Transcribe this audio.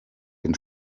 den